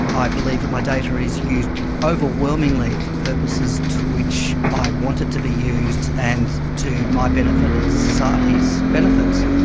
i believe that my data is used overwhelmingly for purposes to which i wanted it to be used and to my benefit and to society's benefit,